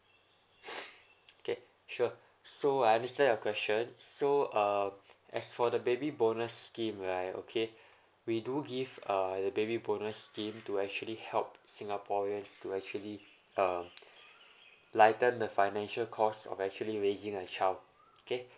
okay sure so I understand your question so uh as for the baby bonus scheme right okay we do give a baby bonus scheme to actually help singaporeans to actually uh lighten the financial cost of actually raising a child okay